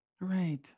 right